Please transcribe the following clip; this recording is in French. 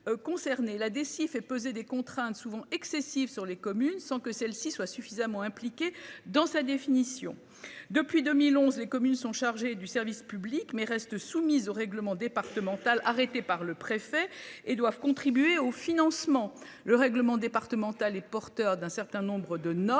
la déci fait peser des contraintes souvent excessive sur les communes sans que celles-ci soient suffisamment impliquée dans sa définition. Depuis 2011, les communes sont chargés du service public mais reste soumise au règlement départemental arrêté par le préfet et doivent contribuer au financement, le règlement départemental et porteur d'un certain nombre de normes